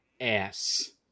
ass